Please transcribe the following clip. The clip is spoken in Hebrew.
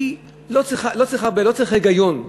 לא צריך בה היגיון.